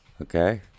okay